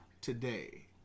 today